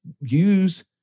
use